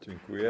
Dziękuję.